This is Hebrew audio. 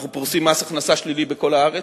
אנחנו פורסים מס הכנסה שלילי בכל הארץ,